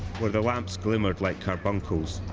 where the lamps glimmered like carbuncles,